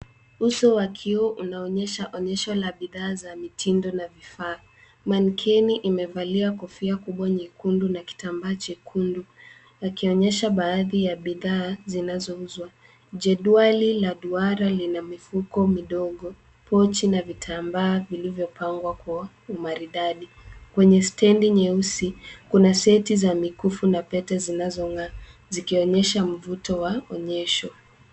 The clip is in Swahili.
Uso wa kioo unaonyesha onyesho la bidhaa la mitindo na vifaa. Manikeni imevalia kofia kubwa nyekundu na kitambaa chekundu. Akionyesha baadhi ya bidhaa zinazouzwa. Jedwali la duara lina mifuko midogo, pochi na vitambaa vilivyopangwa kwa umaridadi. Kwenye stendi nyesi, kukuna seti za mikifu na pete zinazong'a. Zikionyesha mvuto wa onyesho.